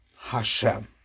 Hashem